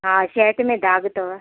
हा शर्ट में दाॻ अथव